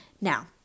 Now